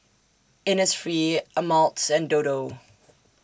Innisfree Ameltz and Dodo